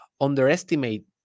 underestimate